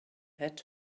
had